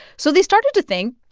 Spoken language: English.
so they started to think,